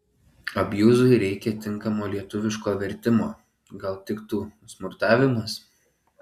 abjuzui reika tinkamo lietuviško vertimo gal tiktų smurtavimas